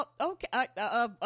Okay